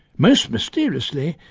most mysteriously,